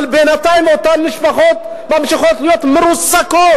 אבל בינתיים אותן משפחות ממשיכות להיות מרוסקות.